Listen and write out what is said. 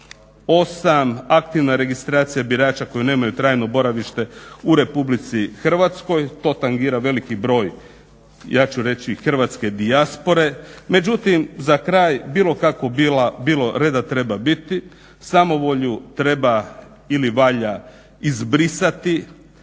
28. "Aktivan registracija birača koji nemaju trajno boravište u Republici Hrvatskoj." to tangira veliki broj, ja ću reći Hrvatske dijaspore. Međutim, za kraj bilo kako bilo reda treba biti, samovolju treba ili valja izbrisati,